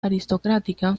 aristocrática